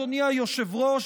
אדוני היושב-ראש,